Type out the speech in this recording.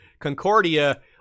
Concordia